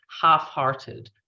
half-hearted